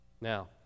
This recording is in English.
Now